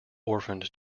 orphaned